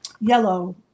yellow